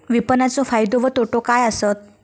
विपणाचो फायदो व तोटो काय आसत?